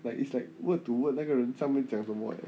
like it's like word to word 那个人上面讲什么 eh